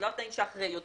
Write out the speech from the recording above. אלה לא התנאים שאחרי.